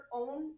own